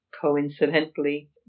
coincidentally